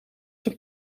zijn